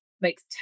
makes